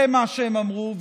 זה מה שהם אמרו,